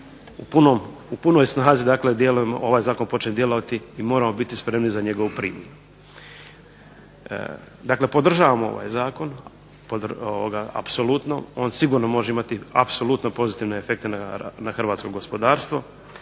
u punoj snazi dakle ovaj zakon počinje djelovati i moramo biti spremni za njegovu primjenu. Dakle podržavam ovaj zakon apsolutno, on sigurno može imati apsolutno pozitivne efekte na hrvatsko gospodarstvo.